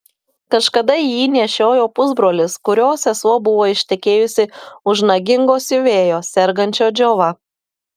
kažkada jį nešiojo pusbrolis kurio sesuo buvo ištekėjusi už nagingo siuvėjo sergančio džiova